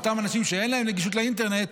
אותם אנשים שאין להם גישה לאינטרנט,